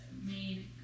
made